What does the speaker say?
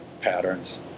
patterns